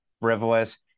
frivolous